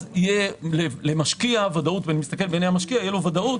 אז למשקיע תהיה ודאות